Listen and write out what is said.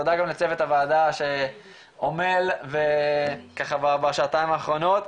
תודה גם לצוות הוועדה שעומל בשעתיים האחרונות.